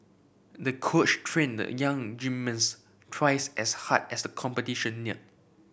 the coach trained the young gymnast twice as hard as the competition neared